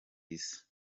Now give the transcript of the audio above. isi